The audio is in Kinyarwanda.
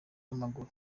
w’amaguru